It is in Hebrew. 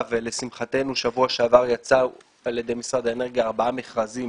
- ולשמחתנו בשבוע שעבר יצאו על ידי משרד האנרגיה ארבעה מכרזים